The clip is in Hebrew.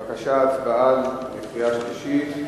בבקשה, הצבעה בקריאה שלישית.